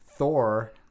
Thor